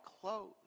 clothes